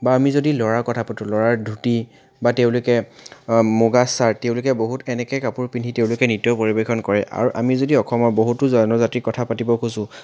বা আমি যদি ল'ৰাৰ কথা পাতোঁ ল'ৰাৰ ধুতি বা তেওঁলোকে মুগা শ্বাৰ্ট তেওঁলোকে বহুত তেনেকৈ কাপোৰ পিন্ধি তেওঁলোকে নৃত্য পৰিৱেশন কৰে আৰু আমি যদি অসমৰ বহুতো জনজাতিৰ কথা পাতিব খোজোঁ